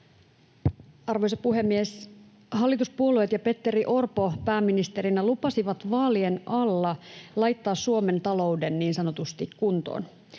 Arvoisa puhemies! Hallituspuolueet ja Petteri Orpo pääministerinä lupasivat vaalien alla laittaa Suomen talouden niin sanotusti kuntoon.